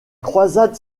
croisade